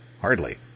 Hardly